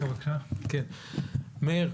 מאיר,